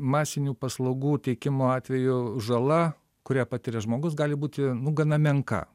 masinių paslaugų teikimo atveju žala kurią patiria žmogus gali būti nu gana menka